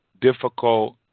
difficult